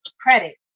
credit